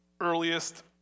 earliest